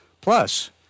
plus